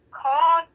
call